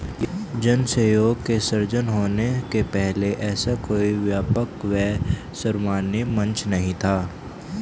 जन सहयोग के सृजन होने के पहले ऐसा कोई व्यापक व सर्वमान्य मंच नहीं था